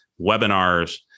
webinars